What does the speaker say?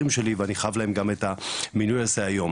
שלי ואני חייב להם גם את המינוי הזה היום.